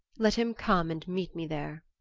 let him come and meet me there.